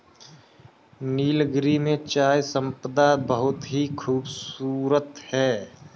नीलगिरी में चाय संपदा बहुत ही खूबसूरत है